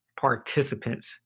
participants